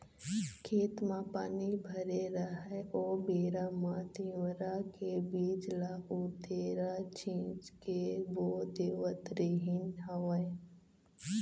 खेत म पानी भरे राहय ओ बेरा म तिंवरा के बीज ल उतेरा छिंच के बो देवत रिहिंन हवँय